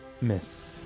Miss